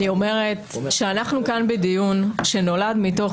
אני אומרת שאנחנו כאן בדיון שנולד מתוך